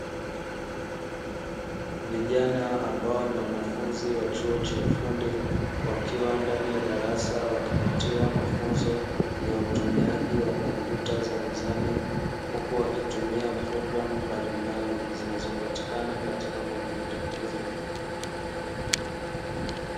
Vijana ambao ni wanafunzi wa chuo cha ufundi wakiwa ndani ya darasa wakipatiwa mafunzo ya utumiaji wa kompyuta za mezani, huku wakitumia programu mbalimbali zinazopatikana katika kompyuta hizo.